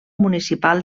municipal